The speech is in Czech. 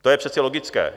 To je přece logické.